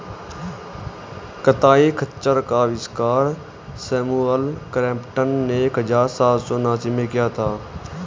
कताई खच्चर का आविष्कार सैमुअल क्रॉम्पटन ने एक हज़ार सात सौ उनासी में किया था